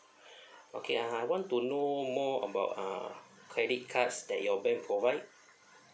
okay uh I want to know more about uh credit cards that your bank provide